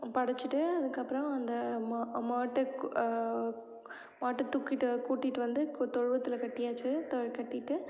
படச்சுட்டு அதுக்கு அப்புறம் அந்த மா மாட்ட மாட்டை தூக்கிட்டு கூட்டிட்டு வந்து தொழுவத்தில் கட்டியாச்சு தொ கட்டிகிட்டு